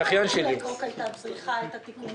למה בלאק רוק הייתה צריכה את התיקון?